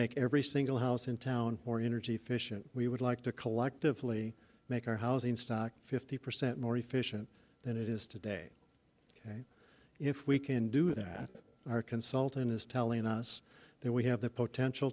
make every single house in town more energy efficient we would like to collectively make our housing stock fifty percent more efficient than it is today if we can do that our consultant is telling us that we have the potential